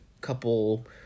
couple